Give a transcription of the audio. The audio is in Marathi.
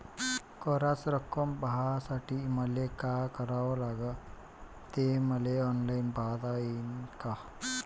कराच रक्कम पाहासाठी मले का करावं लागन, ते मले ऑनलाईन पायता येईन का?